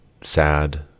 sad